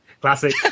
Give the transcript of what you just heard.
Classic